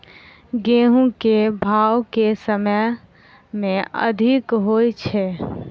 गेंहूँ केँ भाउ केँ समय मे अधिक होइ छै?